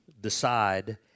decide